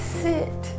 sit